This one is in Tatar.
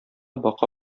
бака